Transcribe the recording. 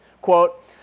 quote